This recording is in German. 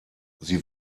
sie